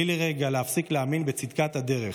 בלי לרגע להפסיק להאמין בצדקת הדרך,